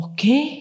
Okay